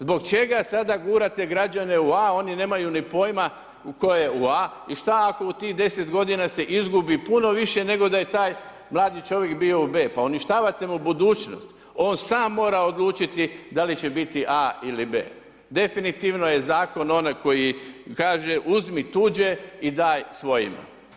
Zbog čega sada gurate građane u A, oni nemaju ni pojma tko je u A i šta ako u tih 10 godina se izgubi puno više nego da je taj mladi čovjek bio u B, pa uništavate mu budućnost, on sam mora odlučiti da li će biti A ili B. Definitivno je zakon onaj koji kaže uzmi tuđe i daj svojima.